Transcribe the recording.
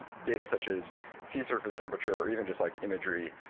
data, such as sea surface temperature, or even just like imagery,